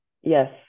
yes